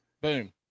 Boom